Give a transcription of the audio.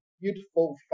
beautiful